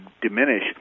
diminish